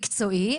ומקצועי,